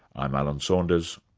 i'm alan saunders,